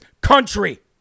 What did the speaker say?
country